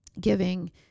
giving